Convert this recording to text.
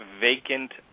vacant